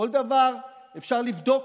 כל דבר אפשר לבדוק,